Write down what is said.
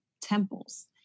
temples